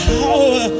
power